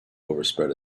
overspread